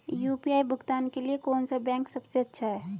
UPI भुगतान के लिए कौन सा बैंक सबसे अच्छा है?